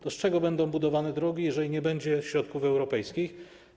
To z czego będą budowane drogi, jeżeli nie będzie środków europejskich?